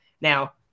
now